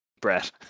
Brett